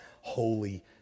holy